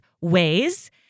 ways